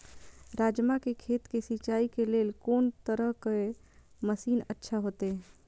राजमा के खेत के सिंचाई के लेल कोन तरह के मशीन अच्छा होते?